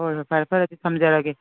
ꯍꯣꯏ ꯍꯣꯏ ꯐꯔꯦ ꯐꯔꯦ ꯊꯝꯖꯔꯒꯦ